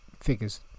figures